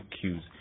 cues